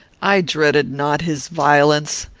i dreaded not his violence.